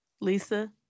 Lisa